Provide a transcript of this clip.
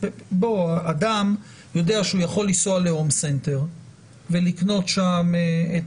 אדם יודע שהוא יכול לנסוע להום סנטר ולקנות שם את